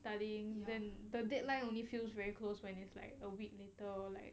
studying then the deadline only feels very close when there's like a week later like